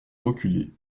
reculer